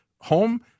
home